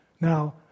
Now